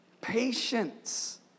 patience